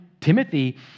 Timothy